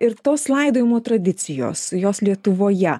ir tos laidojimo tradicijos jos lietuvoje